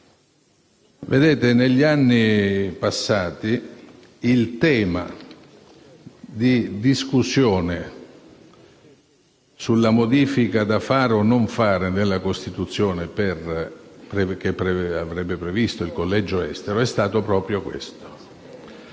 estero. Negli anni passati il tema di discussione sulla modifica, da fare o non fare, alla Costituzione al fine di prevedere il collegio estero era stato proprio questo.